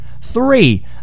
Three